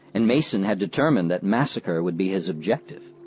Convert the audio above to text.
and mason had determined that massacre would be his objective.